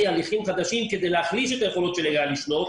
הליכים חדשים כדי להחליש את יכולת העירייה לפנות,